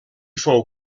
fou